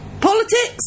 politics